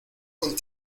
con